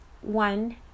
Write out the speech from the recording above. one